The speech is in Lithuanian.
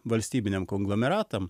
valstybiniam konglomeratam